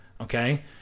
okay